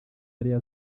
ariyo